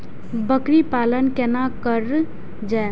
बकरी पालन केना कर जाय?